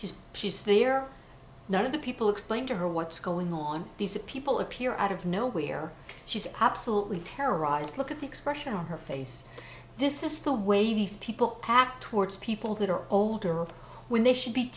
she's she's there none of the people explained to her what's going on these people appear out of nowhere she's absolutely terrorized look at the expression on her face this is the way these people pack towards people that are older when they should be